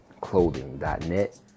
Clothing.net